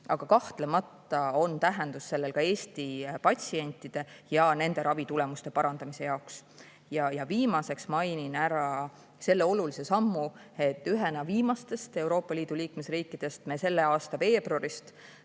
aga kahtlemata on sellel tähendus ka Eesti patsientide ravitulemuste parandamise jaoks. Ja viimaseks mainin ära selle olulise sammu, et ühena viimastest Euroopa Liidu liikmesriikidest me selle aasta veebruarist